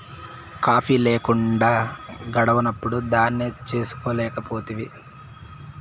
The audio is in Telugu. కాఫీ లేకుంటే గడవనప్పుడు దాన్నే చేసుకోలేకపోతివి